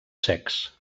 secs